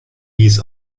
wies